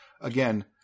again